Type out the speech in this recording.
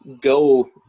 go